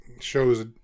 shows